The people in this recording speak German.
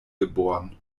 geboren